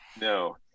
No